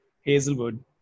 Hazelwood